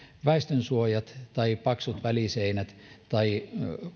väestönsuojat tai paksut väliseinät tai